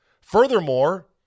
Furthermore